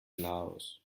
laos